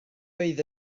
oedd